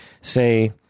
say